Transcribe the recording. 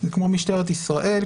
היא כמו משטרת ישראל.